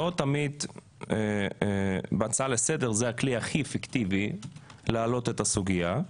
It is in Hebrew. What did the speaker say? לא תמיד ההצעה לסדר זה הכלי הכי אפקטיבי להעלות את הסוגיה,